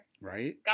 Right